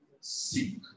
seek